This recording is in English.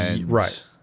Right